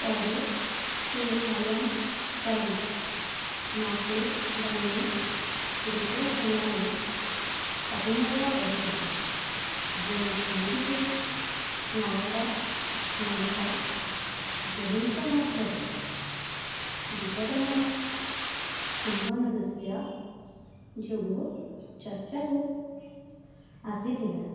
ପରେ ସେ I am sorry Mathe Banni ପ୍ରୀତସୋନାରେ ଅଭିନୟ କରିଥିଲେ ଯେଉଁ ଫିଲ୍ମଟି ନାୟକ ନାୟିକା ଯୋଡ଼ିଙ୍କ ମଧ୍ୟରେ ବିବାଦମାନ ଚୁମ୍ବନ ଦୃଶ୍ୟ ଯୋଗୁଁ ଚର୍ଚ୍ଚାକୁ ଆସିଥିଲା